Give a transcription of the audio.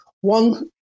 one